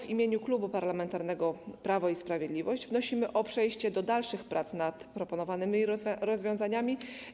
W imieniu Klubu Parlamentarnego Prawo i Sprawiedliwość wnosimy o przejście do dalszych prac nad proponowanymi rozwiązaniami.